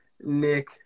Nick